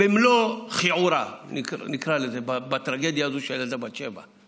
במלוא כיעורה בטרגדיה הזאת של הילדה בת השבע.